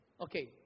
Okay